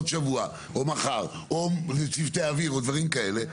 שבוע או מחר או צוותי אוויר ודברים כאלה,